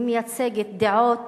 אני מייצגת דעות